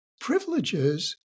privileges